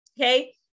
Okay